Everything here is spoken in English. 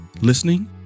listening